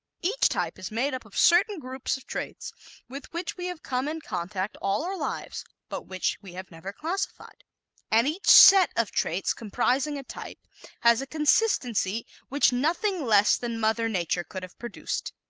each type is made up of certain groups of traits with which we have come in contact all our lives but which we have never classified and each set of traits comprising a type has a consistency which nothing less than mother nature could have produced.